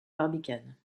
barbicane